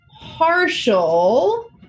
partial